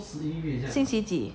星期几